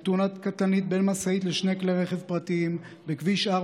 בתאונה קטלנית בין משאית לשני כלי רכב פרטיים בכביש 4,